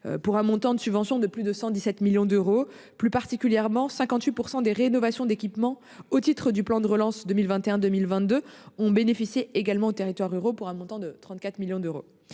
Pour un montant de subvention de plus de 117 millions d'euros plus particulièrement 58% des rénovations d'équipements au titre du plan de relance 2021 2022 ont bénéficié également aux territoires ruraux pour un montant de 34 millions d'euros